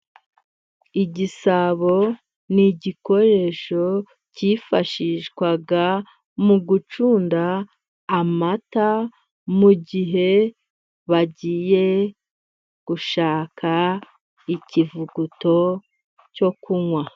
Igisabo ni igikoresho cyifashishwaga mu gucunda amata mu gihe bagiye gushaka ikivuguto cyo kunywa.